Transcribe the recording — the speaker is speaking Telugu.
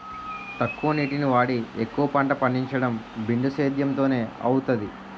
తక్కువ నీటిని వాడి ఎక్కువ పంట పండించడం బిందుసేధ్యేమ్ తోనే అవుతాది